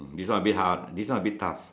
this one a bit hard this one a bit tough